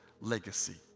legacy